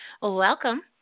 Welcome